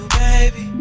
baby